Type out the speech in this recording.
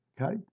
okay